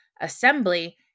assembly